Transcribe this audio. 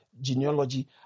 genealogy